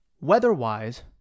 Weather-wise